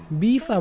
beef